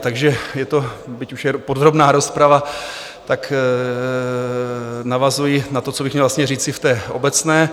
Takže je to byť už je podrobná rozprava tak navazuji na to, co bych měl vlastně říci v té obecné.